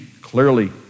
clearly